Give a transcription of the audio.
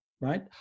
right